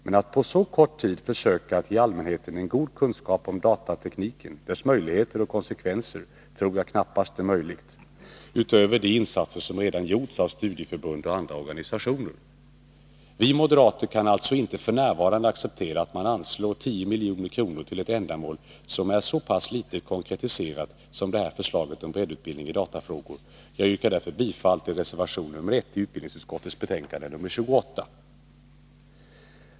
Men att på så kort tid ge allmänheten en god kunskap om datatekniken, dess möjligheter och konsekvenser, tror jag knappast är möjligt, utöver de insatser som redan gjorts av studieförbund och andra organisationer. Vi moderater kan alltså f. n. inte acceptera att man anslår 10 milj.kr. till ett ändamål som är så litet konkretiserat som förslaget om breddutbildning i datafrågor. Jag yrkar därför bifall till reservation 1 i utbildningsutskottets betänkande 28.